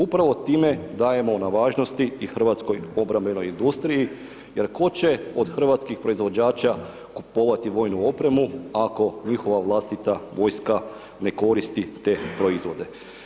Upravo time dajemo na važnosti i hrvatskoj obrambenoj industriji jer tko će od hrvatskih proizvođača kupovati vojnu opremu ako njihova vlastita vojska ne koristi te proizvode.